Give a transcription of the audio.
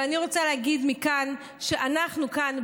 ואני רוצה להגיד מכאן שאנחנו כאן,